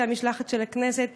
משלחת של הכנסת,